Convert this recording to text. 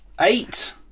Eight